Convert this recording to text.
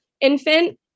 infant